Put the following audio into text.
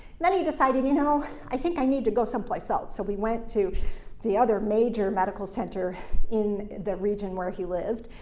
then he decided, you know, i think i need to go someplace else. so he went to the other major medical center in the region where he lived,